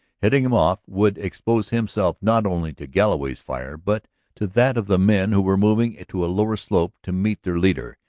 heading him off, would expose himself not only to galloway's fire but to that of the men who were moving to a lower slope to meet their leader.